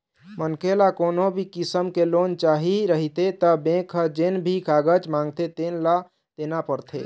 मनखे ल कोनो भी किसम के लोन चाही रहिथे त बेंक ह जेन भी कागज मांगथे तेन ल देना परथे